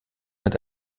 mit